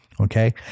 Okay